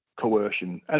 coercion